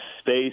space